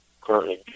currently